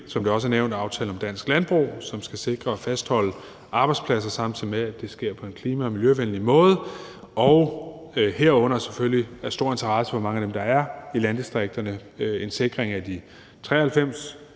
som det også har været nævnt, en aftale om dansk landbrug, som skal sikre og fastholde arbejdspladser, samtidig med at det sker på en klima- og miljøvenlig måde, og herunder – det er selvfølgelig af stor interesse for mange af dem, der er i landdistrikterne – en sikring af de 93